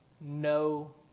no